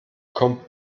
kommt